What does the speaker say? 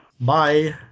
Bye